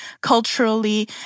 culturally